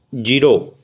zero